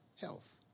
health